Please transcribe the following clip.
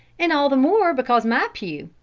and all the more because my pew,